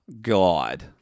God